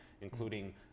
including